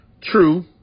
True